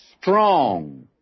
strong